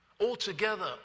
Altogether